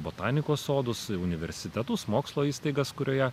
botanikos sodus universitetus mokslo įstaigas kurioje